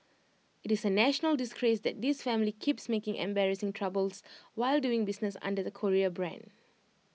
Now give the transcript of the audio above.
IT is A national disgrace that this family keeps making embarrassing troubles while doing business under the Korea brand